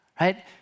right